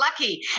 lucky